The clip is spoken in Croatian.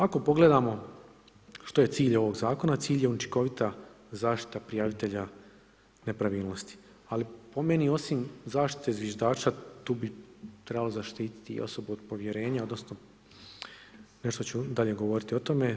Ako pogledamo što je cilj ovog zakona, cilj je učinkovita zaštita prijavitelja nepravilnosti ali po meni osim zaštite zviždača, tu bi trebalo zaštititi osobe od povjerenja odnosno nešto ću dalje govoriti o tome.